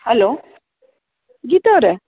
hello Geetha ಅವರೆ